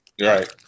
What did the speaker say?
Right